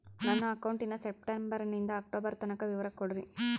ನನ್ನ ಅಕೌಂಟಿನ ಸೆಪ್ಟೆಂಬರನಿಂದ ಅಕ್ಟೋಬರ್ ತನಕ ವಿವರ ಕೊಡ್ರಿ?